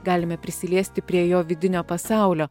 galime prisiliesti prie jo vidinio pasaulio